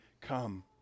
come